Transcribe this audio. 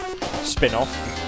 spin-off